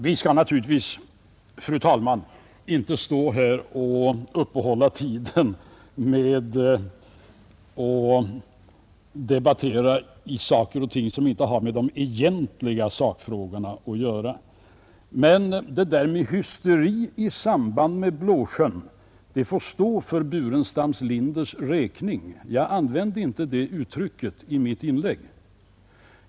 Vi skall naturligtvis, fru talman, inte uppta tid med att debattera sådant som inte har med de egentliga sakfrågorna att göra. Det där med hysteri i samband med Blåsjön får stå för herr Burenstam Linders räkning. Jag använde inte det uttrycket i mitt inlägg.